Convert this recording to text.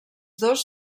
dos